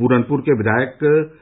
पूरनपुर के भाजपा विधायक